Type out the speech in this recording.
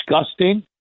disgusting